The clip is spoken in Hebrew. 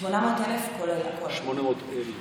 800,000 כולל הכול, הכול ביחד.